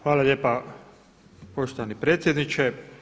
Hvala lijepa poštovani predsjedniče.